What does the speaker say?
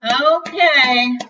Okay